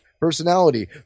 Personality